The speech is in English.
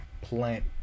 plant